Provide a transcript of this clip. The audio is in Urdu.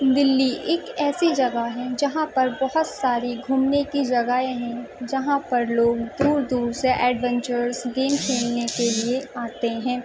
دلّی ایک ایسی جگہ ہے جہاں پر بہت ساری گھومنے کی جگہیں ہیں جہاں پر لوگ دور دور سے ایڈونچرس گیم کھیلنے کے لیے آتے ہیں